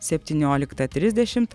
septynioliktą trisdešimt